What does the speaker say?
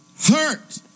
hurt